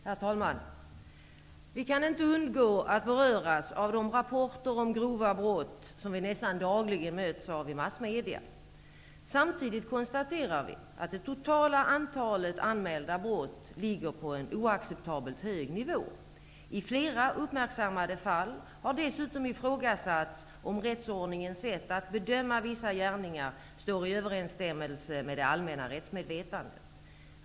Herr talman! Vi kan inte undgå att beröras av de rapporter om grova brott som vi nästan dagligen möts av i massmedia. Samtidigt konstaterar vi att det totala antalet anmälda brott ligger på en oacceptabelt hög nivå. I flera uppmärksammade fall har dessutom ifrågasatts om rättsordningens sätt att bedöma vissa gärningar står i överensstämmelse med det allmänna rättsmedvetandet.